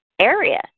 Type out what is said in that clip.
area